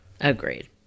agreed